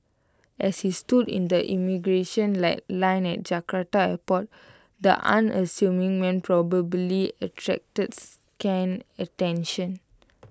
as he stood in the immigration line at Jakarta airport the unassuming man probably attracted scant attention